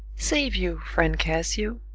save you, friend cassio!